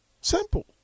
Simple